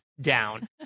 down